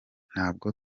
ntabwo